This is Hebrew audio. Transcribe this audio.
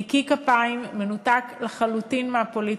נקי כפיים, מנותק לחלוטין מהפוליטיקה.